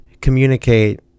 communicate